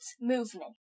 movement